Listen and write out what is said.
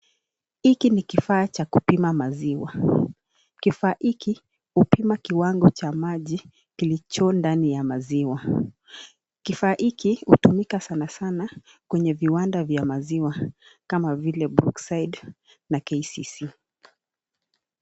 Hiki ni kifaa cha kupima maziwa. Kifaa hiki upima kiwango cha maji kilicho ndani ya maziwa. Kifaa hiki hutumika sana sana kwenye viwanda vya maziwa kama vile Brookside na KCC.